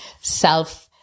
self-